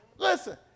Listen